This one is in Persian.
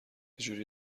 جوری